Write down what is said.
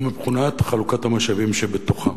ומבחינת חלוקת המשאבים שבתוכה.